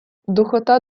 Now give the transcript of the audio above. духота